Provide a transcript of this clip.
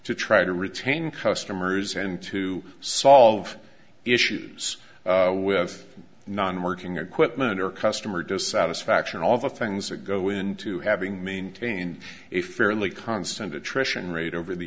to try to retain customers and to solve issues with non working equipment or customer dissatisfaction all the things that go into having maintained a fairly constant attrition rate over the